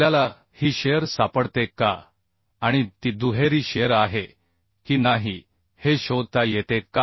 आपल्याला ही शिअर सापडते का आणि ती दुहेरी शिअर आहे की नाही हे शोधता येते का